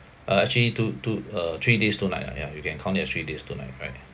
uh actually two two uh three days two night ah ya you can count it as three days two night right